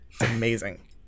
amazing